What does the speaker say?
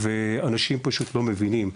אנשים פשוט לא מבינים.